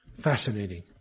fascinating